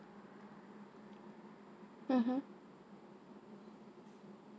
mmhmm